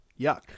Yuck